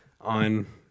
on